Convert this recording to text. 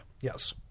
Yes